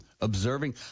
observing